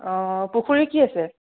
অঁ পুখুৰীৰ কি আছে